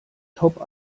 top